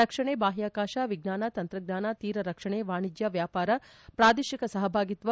ರಕ್ಷಣೆ ಬಾಹ್ವಾಕಾಶ ವಿಜ್ಞಾನ ತಂತ್ರಜ್ಞಾನ ತೀರ ರಕ್ಷಣೆ ವಾಣಿಜ್ಞ ವ್ಯಾಪಾರ ಪ್ರಾದೇಶಿಕ ಸಹಭಾಗಿತ್ವ